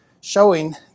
showing